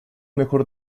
mejor